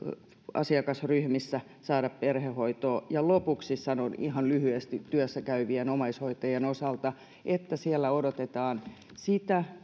asiakasryhmissä saada perhehoitoa lopuksi sanon ihan lyhyesti työssäkäyvien omaishoitajien osalta että siellä odotetaan sitä